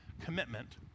commitment